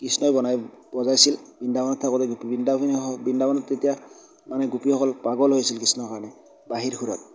কৃষ্ণই বনায় বজাইছিল বৃন্দাবনত থাকোঁতে বৃন্দাবনেই হওক বৃন্দাবন তেতিয়া মানে গোপীসকল পাগল হৈছিল কৃষ্ণৰ কাৰণে বাঁহীৰ সুৰত